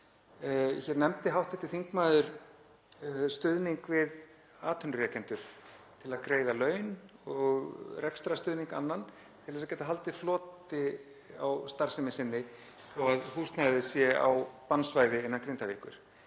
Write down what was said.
Hér nefndi hv. þingmaður stuðning við atvinnurekendur til að greiða laun og rekstrarstuðning annan til þess að geta haldið floti á starfsemi sinni þó að húsnæðið sé á bannsvæði Grindavíkur